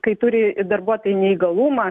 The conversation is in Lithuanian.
kai turi darbuotojai neįgalumą